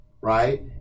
right